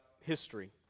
history